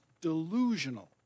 delusional